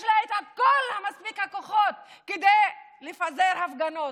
יש לה מספיק כוחות כדי לפזר הפגנות,